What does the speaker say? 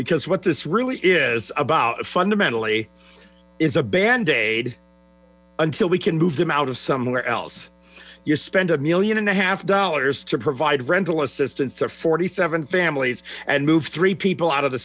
because what this really is about fundamentally is a band aid until we can move them out of somewhere else you spent a million and a half dollars to provide rental assistance to forty seven families and move three people out of the